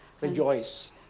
rejoice